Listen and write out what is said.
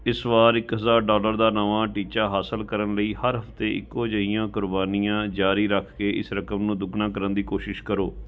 ਇਸ ਵਾਰ ਇੱਕ ਹਜ਼ਾਰ ਡਾਲਰ ਦਾ ਨਵਾਂ ਟੀਚਾ ਹਾਸਲ ਕਰਨ ਲਈ ਹਰ ਹਫ਼ਤੇ ਇੱਕੋ ਜਿਹੀਆਂ ਕੁਰਬਾਨੀਆਂ ਜਾਰੀ ਰੱਖ ਕੇ ਇਸ ਰਕਮ ਨੂੰ ਦੁੱਗਣਾ ਕਰਨ ਦੀ ਕੋਸ਼ਿਸ਼ ਕਰੋ